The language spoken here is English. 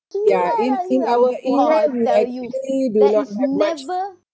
ya in in our email we practically do not have much